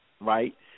Right